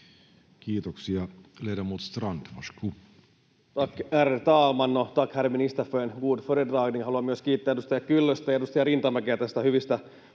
Kiitoksia.